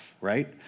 right